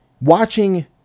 watching